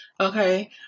Okay